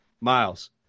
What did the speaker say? Miles